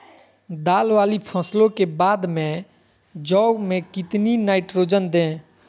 दाल वाली फसलों के बाद में जौ में कितनी नाइट्रोजन दें?